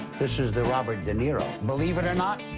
this is the robert de niro. believe it or not,